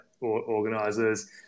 organizers